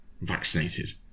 vaccinated